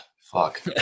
fuck